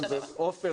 עופר,